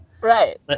right